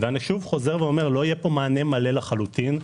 לא יהיה פה מענה לחלוטין.